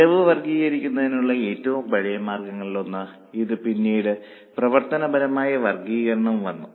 ചെലവ് വർഗ്ഗീകരിക്കുന്നതിനുള്ള ഏറ്റവും പഴയ മാർഗങ്ങളിലൊന്നാണ് ഇത് പിന്നീട് പ്രവർത്തനപരമായ വർഗ്ഗീകരണം വന്നു